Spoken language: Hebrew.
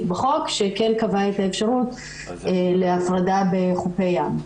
בחוק שכן קבע את האפשרות להפרדה בחופי ים.